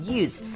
use